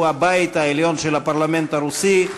שהיא הבית העליון של הפרלמנט הרוסי,